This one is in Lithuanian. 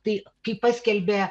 tai kai paskelbė